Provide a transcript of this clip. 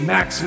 Max